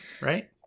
Right